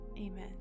Amen